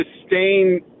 sustain –